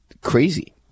crazy